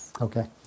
Okay